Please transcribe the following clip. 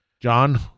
John